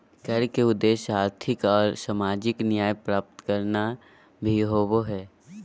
कर के उद्देश्य आर्थिक और सामाजिक न्याय प्राप्त करना भी होबो हइ